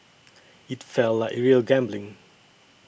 it felt like real gambling